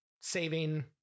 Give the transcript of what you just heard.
saving